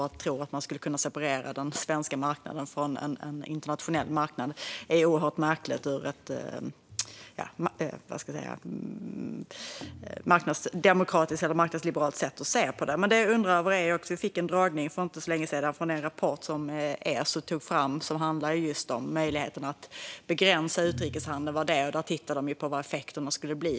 Att tro att man skulle kunna separera den svenska marknaden från en internationell marknad är oerhört märkligt med ett demokratiskt eller marknadsliberalt synsätt. För inte så länge sedan fick vi en dragning av en rapport som ESO tagit fram, som handlar just om möjligheterna att begränsa utrikeshandeln. Där har man tittat på vad effekterna skulle bli.